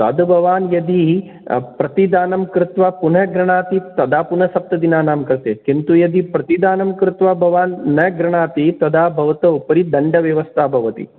तद् भवान् यदि प्रतिदानं कृत्वा पुनः गृह्णाति तदा पुनः सप्तदिनानां कृते किन्तु यदि प्रतिदानं कृत्वा भवान् न गृह्णाति तदा भवतोपरि दण्डव्यवस्था भवति